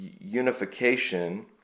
unification